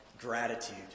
gratitude